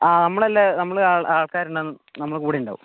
ആ നമ്മൾ അല്ല നമ്മൾ ആൾക്കാരുണ്ടോ നമ്മൾ കൂടെ ഉണ്ടാകും